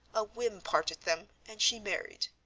a whim parted them, and she married.